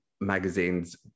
magazines